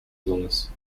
illness